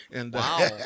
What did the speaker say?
Wow